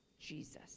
Jesus